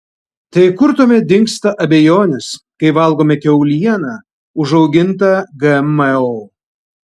tai kur tuomet dingsta abejonės kai valgome kiaulieną užaugintą gmo